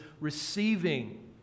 receiving